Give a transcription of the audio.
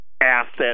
asset